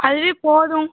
அதுவே போதும்